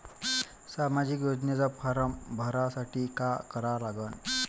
सामाजिक योजनेचा फारम भरासाठी का करा लागन?